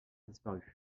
disparu